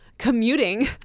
commuting